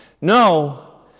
No